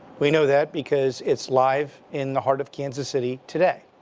we know that because it's live in the heart of kansas city today.